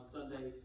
Sunday